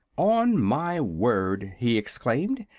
on my word, he exclaimed,